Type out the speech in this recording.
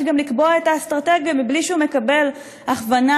גם לקבוע את האסטרטגיה מבלי שהוא מקבל הכוונה